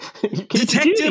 Detective